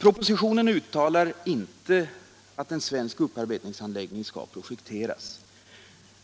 Propositionen uttalar inte att en svensk upparbetningsanläggning skall projekteras.